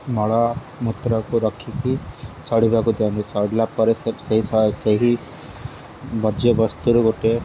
ମଳମୂତ୍ରକୁ ରଖିକି ସଢ଼ିବାକୁ ଦିଅନ୍ତି ସଢ଼ିଲା ପରେ ସେହି ବର୍ଜ୍ୟବସ୍ତୁରୁ ଗୋଟିଏ